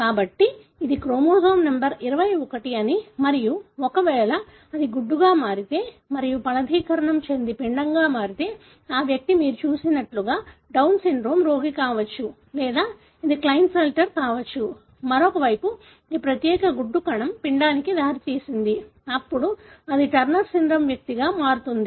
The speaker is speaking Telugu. కాబట్టి ఇది క్రోమోజోమ్ నంబర్ 21 అని మరియు ఒకవేళ అది గుడ్డుగా మారితే మరియు ఫలదీకరణం చెంది పిండంగా మారితే ఆ వ్యక్తి మీరు చూసినట్లుగా డౌన్ సిండ్రోమ్ రోగి కావచ్చు లేదా ఇది క్లైన్ఫెల్టర్ కావచ్చు లేదా మరోవైపు ఈ ప్రత్యేక గుడ్డు కణం పిండానికి దారితీసింది అప్పుడు అది టర్నర్ సిండ్రోమ్ వ్యక్తిగా మారుతుంది